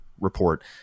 report